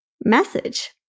message